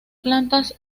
plantas